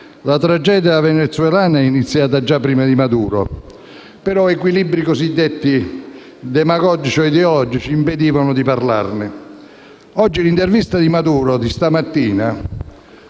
La tragedia venezuelana è iniziata già prima di Maduro, ma equilibri cosiddetti demagogici o ideologici impedivano di parlarne. L'intervista rilasciata questa mattina